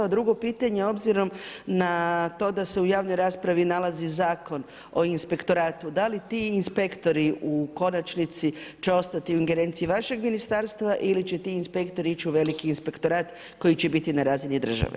A drugo pitanje obzirom na to da se u javnoj raspravi nalazi Zakon o inspektoratu, da li ti inspektori u konačnici će ostati u ingerenciji vašeg ministarstva ili će ti inspektori ići u veliki inspektorat koji će biti na razini države?